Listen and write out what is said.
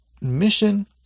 mission